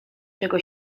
czego